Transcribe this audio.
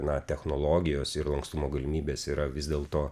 na technologijos ir lankstumo galimybės yra vis dėl to